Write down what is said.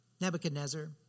Nebuchadnezzar